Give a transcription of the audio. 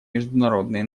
международные